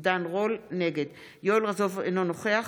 נגד יואל רזבוזוב, אינו נוכח